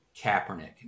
Kaepernick